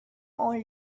all